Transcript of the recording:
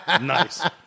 Nice